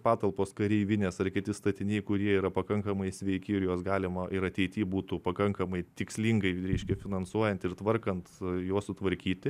patalpos kareivinės ar kiti statiniai kurie yra pakankamai sveiki ir juos galima ir ateity būtų pakankamai tikslingai reiškia finansuojant ir tvarkant juos sutvarkyti